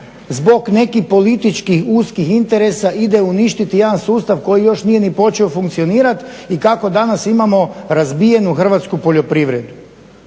zbog nekih političkih uskih interesa ide uništiti jedan sustav koji još nije ni počeo funkcionirati i kako danas imamo razbijenu hrvatsku poljoprivredu.